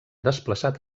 desplaçat